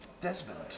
Desmond